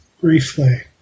briefly